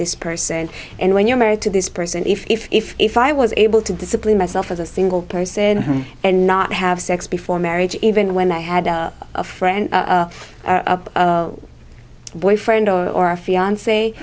this person and when you're married to this person if if if if i was able to discipline myself as a single person and not have sex before marriage even when i had a friend or a boyfriend or a fiance